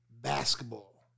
basketball